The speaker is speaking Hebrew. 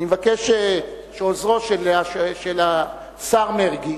אני מבקש שעוזרו של השר מרגי